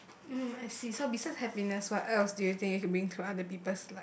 um actually so besides happiness what else do you think you can bring to other people's life